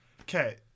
okay